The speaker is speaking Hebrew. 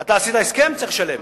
אתה עשית הסכם, צריך לשלם.